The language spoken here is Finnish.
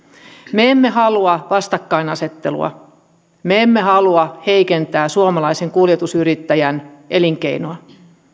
me emme halua vastakkainasettelua me emme halua heikentää suomalaisen kuljetusyrittäjän elinkeinoa